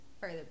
further